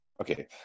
okay